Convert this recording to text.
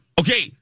Okay